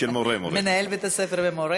של מורה, מורה.